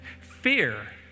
Fear